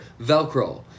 Velcro